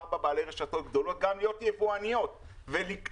ארבעה בעלי הרשתות הגדולות גם להיות יבואניות ולקטוע